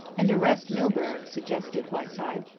and arrest milburgh, suggested whiteside.